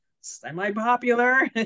semi-popular